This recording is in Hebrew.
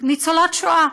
ניצולת שואה,